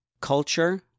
culture